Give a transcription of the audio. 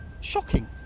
shocking